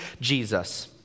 Jesus